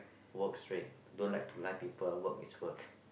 work straight don't like to lie people work is work